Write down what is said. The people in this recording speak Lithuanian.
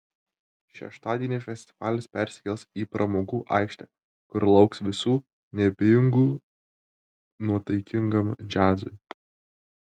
šeštadienį festivalis persikels į pramogų aikštę kur lauks visų neabejingų nuotaikingam džiazui